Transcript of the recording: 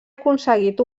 aconseguit